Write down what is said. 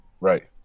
Right